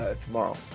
tomorrow